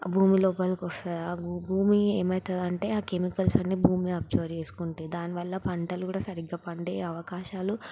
భూమి లోపలికి వస్తాయి ఆ భూమి ఏమవుతుందంటే ఆ కెమికల్స్ అన్నీ భూమి అబ్సర్బ్ చేసుకుంటాయి దాని వల్ల పంటలు కూడా సరిగ్గా పండే అవకాశాలు